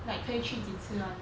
like 可以去几次 [one]